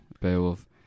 Beowulf